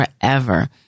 forever